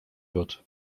wird